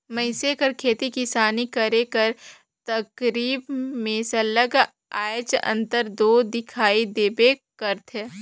मइनसे कर खेती किसानी करे कर तरकीब में सरलग आएज अंतर दो दिखई देबे करथे